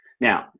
now